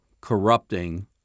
corrupting